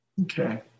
Okay